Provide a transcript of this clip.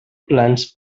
plans